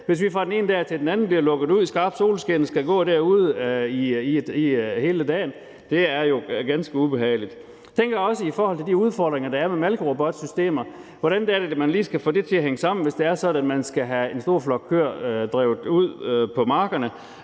hvis vi fra den ene dag til den anden bliver lukket ud i skarpt solskin og skal gå derude hele dagen. Det er jo ganske ubehageligt. Jeg tænker også i forhold til de udfordringer, der er med malkerobotsystemer, hvordan det er, man lige skal få det til at hænge sammen, hvis det er sådan, at man skal have en stor flok køer drevet ud på markerne